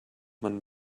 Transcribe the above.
man